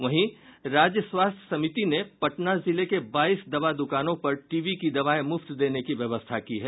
वहीं राज्य स्वास्थ्य समिति ने पटना जिले के बाईस दवा दुकानों पर टीबी की दवाएं मुफ्त देने की व्यवस्था की है